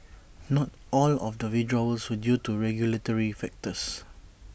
not all of the withdrawals were due to regulatory factors